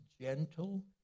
gentle